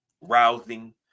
rousing